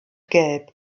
gelb